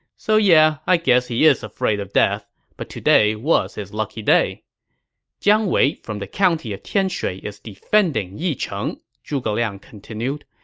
so yeah i guess he is afraid of death. but today was his lucky day jiang wei from the county of tianshui is defending yicheng, zhuge liang continued.